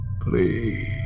Please